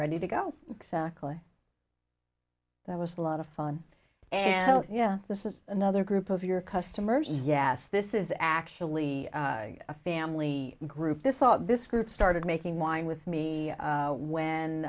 ready to go calais that was a lot of fun and oh yeah this is another group of your customers yes this is actually a family group this saw this group started making wine with me when